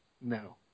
No